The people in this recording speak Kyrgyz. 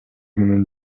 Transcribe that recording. менен